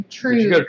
true